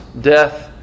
death